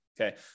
Okay